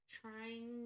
trying